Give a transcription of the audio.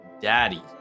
Daddy